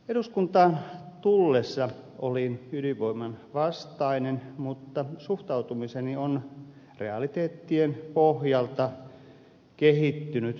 eduskuntaan tullessani olin ydinvoimaa vastaan mutta suhtautumiseni on realiteettien pohjalta kehittynyt myönteisemmäksi